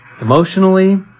emotionally